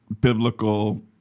biblical